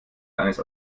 eines